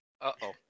Uh-oh